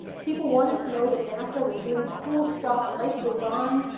people wanted to know that nasa was doing cool stuff, life goes on.